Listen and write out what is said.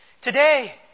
Today